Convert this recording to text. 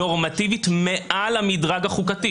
צריכים לעמוד בהן כאשר אתם מחוקקים.